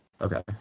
Okay